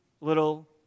little